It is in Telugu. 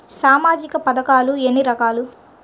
సామాజిక పథకాలు ఎన్ని రకాలు?